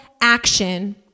action